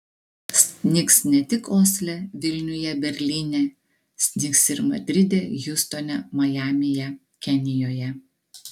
snigs ne tik osle vilniuje berlyne snigs ir madride hjustone majamyje kenijoje